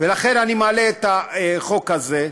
לכן אני מעלה את החוק הזה.